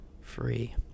free